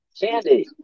candy